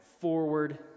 forward